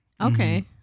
Okay